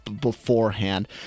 beforehand